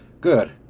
Good